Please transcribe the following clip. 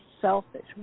selfish